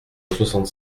soixante